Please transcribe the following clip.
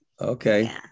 Okay